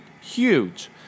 huge